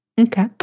Okay